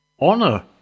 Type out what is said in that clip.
Honor